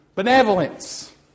benevolence